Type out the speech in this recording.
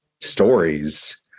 stories